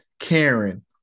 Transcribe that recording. Karen